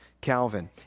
Calvin